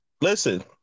listen